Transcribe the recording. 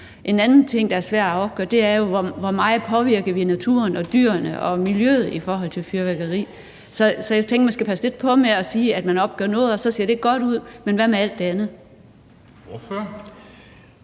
En anden ting, der er svær at afgøre, er jo, hvor meget vi påvirker naturen og dyrene og miljøet i forhold til fyrværkeri. Så jeg tænker, at man skal passe lidt på med at sige, at man opgør noget, og at det så ser godt ud, men hvad med alt det andet?